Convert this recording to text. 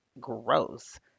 Gross